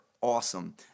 awesome